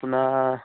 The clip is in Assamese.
আপোনাৰ